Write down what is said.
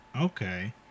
Okay